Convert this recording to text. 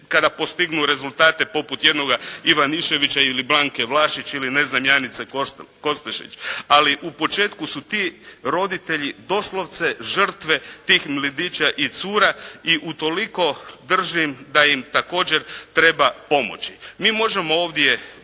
kada postignu rezultate poput jednoga Ivaniševića ili Blanke Vlašić ili ne znam Janice Kostelić, ali u početku su ti roditelji doslovce žrtve tih mladića i cura i utoliko držim da im također treba pomoći. Mi možemo ovdje